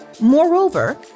Moreover